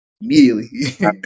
Immediately